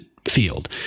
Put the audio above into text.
Field